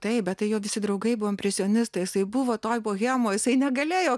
taip bet tai jo visi draugai buvo impresionistai jisai buvo toj bohemoj jisai negalėjo